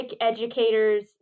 Educators